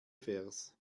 vers